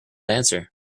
answer